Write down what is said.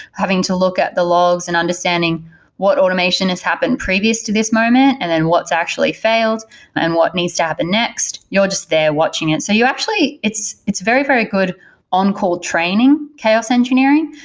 having to look at the logs and understanding what automation has happened previous to this moment and then what's actually failed and what needs to happen next. you're just there watching it. so actually, it's it's very, very good on-call training chaos engineering.